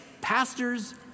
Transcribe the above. pastors